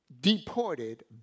deported